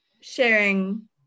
sharing